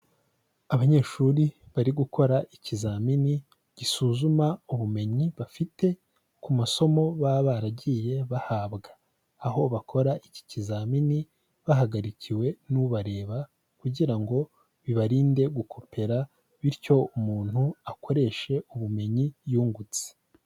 Abanyeshuri bari gukora ikizamini gisuzuma ubumenyi bafite ku masomo baba baragiye bahabwa, aho bakora iki kizamini bahagarikiwe n'ubareba kugira ngo bibarinde gukopera bityo umuntu akoreshe ubumenyi yungutse.